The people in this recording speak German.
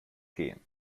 gehen